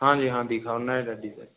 हाँ जी हाँ दिखाओ नए नए